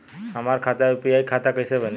हमार खाता यू.पी.आई खाता कईसे बनी?